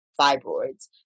fibroids